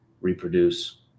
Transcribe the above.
reproduce